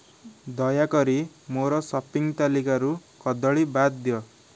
ଦୟାକରି ମୋର ସପିଂ ତାଲିକାରୁ କଦଳୀ ବାଦ୍ ଦିଅ